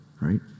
Right